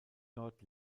dort